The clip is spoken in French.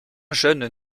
jeunes